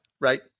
right